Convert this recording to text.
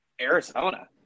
Arizona